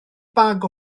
bag